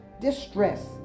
distress